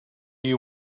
you